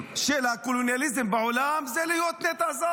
היא לא סותמת את הפה.